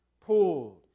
pulled